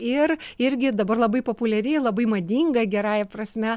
ir irgi dabar labai populiari labai madinga gerąja prasme